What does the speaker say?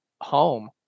home